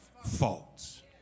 faults